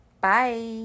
Bye